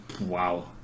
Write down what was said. Wow